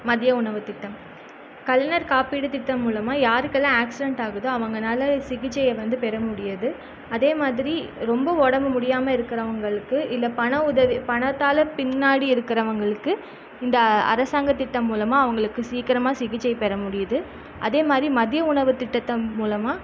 மதிய உணவு திட்டம் கலைஞர் காப்பீடு திட்டம் மூலமாக யாருக்கு எல்லாம் ஆக்சிடெண்ட் ஆகுதோ அவங்கனால சிகிச்சையை வந்து பெற முடியுது அதேமாதிரி ரொம்ப உடம்பு முடியாமல் இருக்கிறவங்களுக்கு இல்லை பண உதவி பணத்தால் பின்னாடி இருக்கிறவங்களுக்கு இந்த அரசாங்க திட்டம் மூலமாக அவங்களுக்கு சீக்கிரமாக சிகிச்சை பெற முடியுது அதேமாதிரி மதிய உணவு திட்டத்து மூலமாக